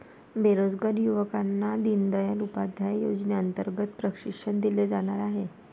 बेरोजगार युवकांना दीनदयाल उपाध्याय योजनेअंतर्गत प्रशिक्षण दिले जाणार आहे